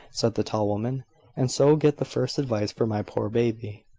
said the tall woman and so get the first advice for my poor baby.